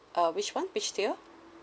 uh which one which tier